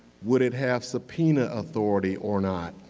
would it have subpoena authority or not?